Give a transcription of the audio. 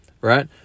right